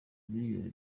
miliyoni